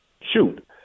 shoot